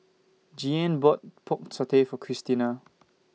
Jeannine bought Pork Satay For Cristina